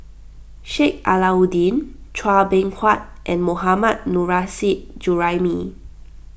Sheik Alau'ddin Chua Beng Huat and Mohammad Nurrasyid Juraimi